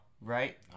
right